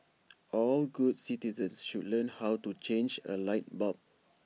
all good citizens should learn how to change A light bulb